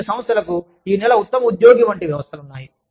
కొన్ని సంస్థలకు ఈ "నెల ఉత్తమ ఉద్యోగి" వంటి వ్యవస్థలు ఉన్నాయి